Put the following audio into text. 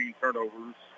turnovers